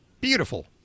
Beautiful